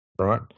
right